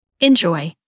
Enjoy